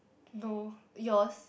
no yours